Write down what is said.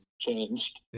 changed